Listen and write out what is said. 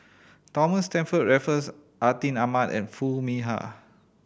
Thomas Stamford Raffles Atin Amat and Foo Mee Har